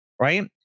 Right